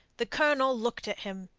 the colonel looked at him,